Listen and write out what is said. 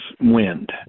wind